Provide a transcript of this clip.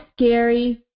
scary